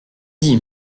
dit